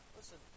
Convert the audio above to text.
Listen